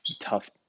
tough